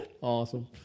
Awesome